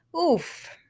Oof